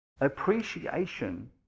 appreciation